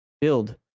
Build